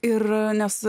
ir nes